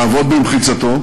לעבוד במחיצתו.